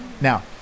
Now